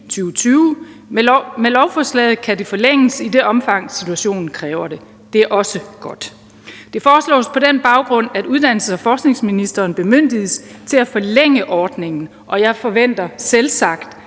2020. Med lovforslaget kan det forlænges i det omfang, situationen kræver det – det er også godt. Det foreslås på den baggrund, at uddannelses- og forskningsministeren bemyndiges til at forlænge ordningen, og jeg forventer selvsagt,